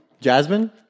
Jasmine